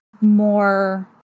more